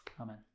Amen